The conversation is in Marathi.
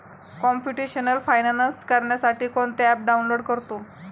कॉम्प्युटेशनल फायनान्स करण्यासाठी कोणते ॲप डाउनलोड करतो